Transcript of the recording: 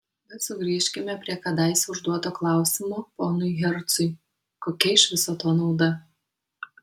bet sugrįžkime prie kadaise užduoto klausimo ponui hercui kokia iš viso to nauda